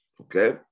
okay